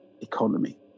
economy